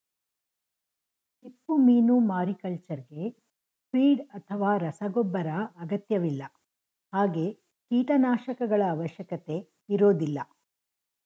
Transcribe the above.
ಚಿಪ್ಪುಮೀನು ಮಾರಿಕಲ್ಚರ್ಗೆ ಫೀಡ್ ಅಥವಾ ರಸಗೊಬ್ಬರ ಅಗತ್ಯವಿಲ್ಲ ಹಾಗೆ ಕೀಟನಾಶಕಗಳ ಅವಶ್ಯಕತೆ ಇರೋದಿಲ್ಲ